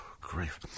grief